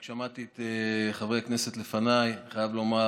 רק שמעתי את חברי הכנסת לפניי ואני חייב לומר